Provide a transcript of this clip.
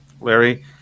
Larry